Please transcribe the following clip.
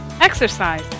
Exercise